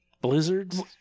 Blizzards